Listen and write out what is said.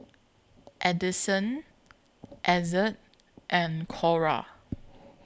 Addisyn Ezzard and Cora